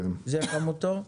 זאת חמותו?